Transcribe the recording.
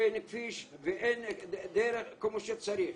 אין כביש ואין דרך כמו שצריך.